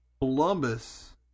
Columbus